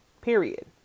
period